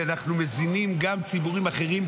ואנחנו מזינים גם ציבורים אחרים,